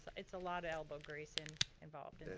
it's a lot of elbow-greasing involved in the